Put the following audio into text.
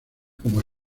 como